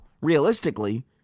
realistically